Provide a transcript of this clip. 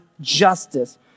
justice